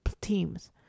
teams